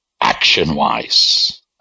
Action-wise